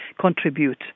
contribute